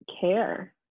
care